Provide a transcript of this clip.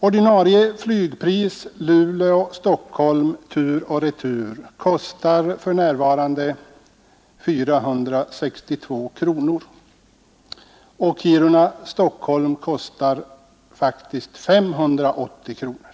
Ordinarie flygpris Luleå—Stockholm tur och retur uppgår för närvarande till 462 kronor, och Kiruna—Stockholm tur och retur kostar faktiskt 580 kronor.